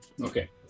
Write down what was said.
Okay